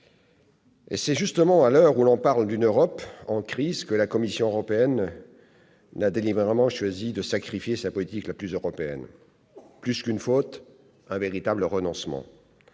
Or c'est justement à l'heure où l'on parle d'une Europe en crise que la Commission européenne a délibérément choisi de sacrifier sa politique la plus européenne. Plus qu'une faute, c'est un véritable renoncement.